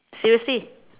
seriously